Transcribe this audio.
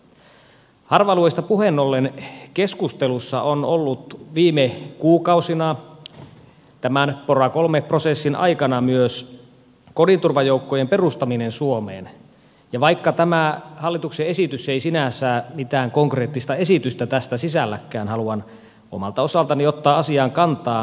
harva alueista puheen ollen keskustelussa on ollut viime kuukausina tämän pora iii prosessin aikana myös kodinturvajoukkojen perustaminen suomeen ja vaikka tämä hallituksen esitys ei sinänsä mitään konkreettista esitystä tästä sisälläkään haluan omalta osaltani ottaa asiaan kantaa